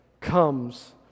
comes